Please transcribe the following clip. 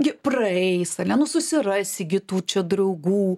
gi praeis ane nu susirasi gi tų čia draugų